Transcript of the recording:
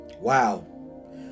Wow